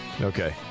Okay